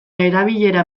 erabilera